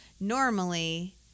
normally